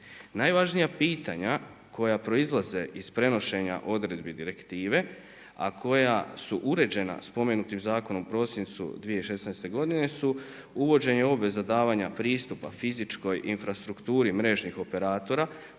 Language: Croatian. Najvažnija pitanja koja proizlaze iz prenošenja odredbi direktive, a koja su uređena spomenutim zakonom u prosincu 2016. godine su uvođenje obveza davanja pristupa fizičkoj infrastrukturi mrežnih operatora